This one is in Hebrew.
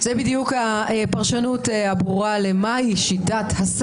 זאת בדיוק הפרשנות הברורה לשאלה מהי